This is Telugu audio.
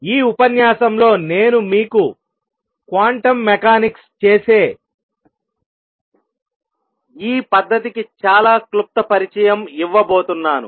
ఈ ఉపన్యాసంలో నేను మీకు క్వాంటం మెకానిక్స్ చేసే ఈ పద్ధతికి చాలా క్లుప్త పరిచయం ఇవ్వబోతున్నాను